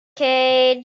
cage